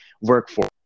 workforce